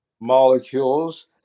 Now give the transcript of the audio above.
molecules